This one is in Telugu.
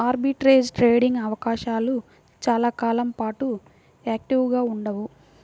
ఆర్బిట్రేజ్ ట్రేడింగ్ అవకాశాలు చాలా కాలం పాటు యాక్టివ్గా ఉండవు